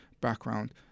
background